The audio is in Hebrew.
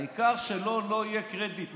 העיקר שלו לא יהיה קרדיט.